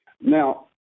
Now